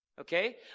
okay